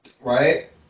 Right